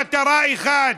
מטרה אחת.